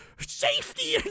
safety